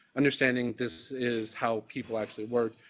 understanding this is how people actually were,